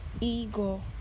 ego